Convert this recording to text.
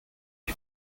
ich